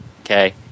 okay